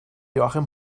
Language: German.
joachim